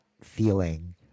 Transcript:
feeling